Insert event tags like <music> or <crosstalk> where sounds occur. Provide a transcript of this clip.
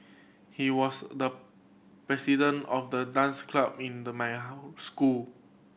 he was the president of the dance club in the my <unintelligible> school